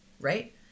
Right